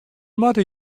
moatte